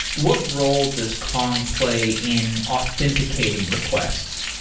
what role does kong play in authenticating requests?